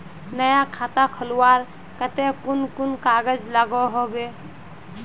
नया खाता खोलवार केते कुन कुन कागज लागोहो होबे?